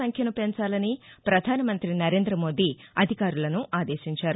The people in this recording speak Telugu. సంఖ్యను పెంచాలని పధానమంతి నరేందమోదీ అధికారులను ఆదేశించారు